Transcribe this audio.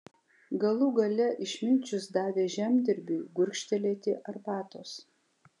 galų gale išminčius davė žemdirbiui gurkštelėti arbatos